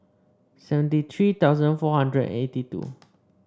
seventy three thousand four hundred eighty two